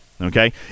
Okay